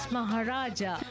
Maharaja